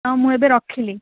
ହଁ ମୁଁ ଏବେ ରଖିଲି